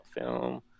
film